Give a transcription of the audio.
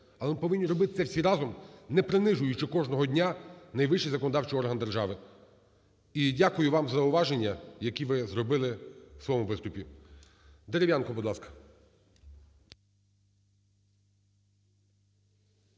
але ми повинні робити це всі разом, не принижуючи кожного дня найвищий законодавчий орган держави. І дякую вам за зауваження, які ви зробили у своєму виступі. ГОЛОВУЮЧИЙ. Дерев'янко, будь ласка.